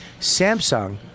Samsung